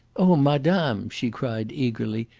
oh, madame! she cried eagerly.